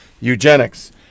eugenics